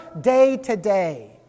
day-to-day